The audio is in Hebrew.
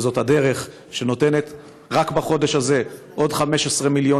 זאת הדרך שנותנת רק בחודש הזה עוד 15 מיליון